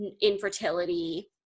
infertility